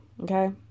Okay